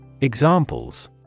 Examples